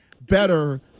better